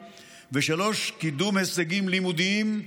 3. קידום הישגים לימודיים.